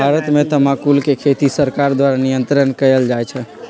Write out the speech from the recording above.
भारत में तमाकुल के खेती सरकार द्वारा नियन्त्रण कएल जाइ छइ